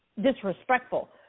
disrespectful